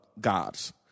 gods